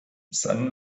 san